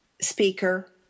speaker